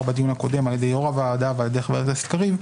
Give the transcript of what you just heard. בדיון הקודם על ידי יושב-ראש הוועדה ועל ידי חבר הכנסת קריב,